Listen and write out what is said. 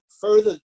further